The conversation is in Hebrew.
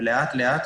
ולאט-לאט,